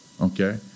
okay